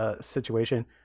situation